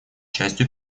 частью